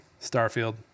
Starfield